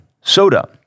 soda